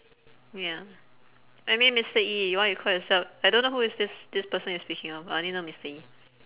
ya I mean mister E why you call yourself I don't know who is this this person you're speaking of I only know mister E